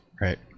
right